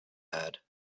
had